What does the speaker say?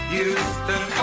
Houston